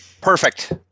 perfect